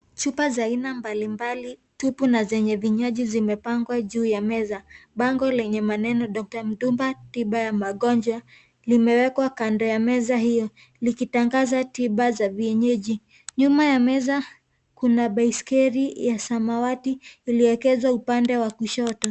Chupa za aina mbalimbali ,tupu na zenye vinywaji, zimepangwa juu ya meza. Bango lenye maneno Dr. Mduba tiba ya magonjwa, limewekwa kando ya meza hiyo, likitangaza tiba za vienyeji. Nyuma ya meza, kuna baiskeli ya samawati, iliyoegezwa upande wa kushoto.